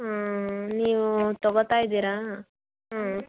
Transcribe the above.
ಹ್ಞೂ ನೀವು ತಗೊತಾ ಇದ್ದೀರಾ ಹ್ಞೂ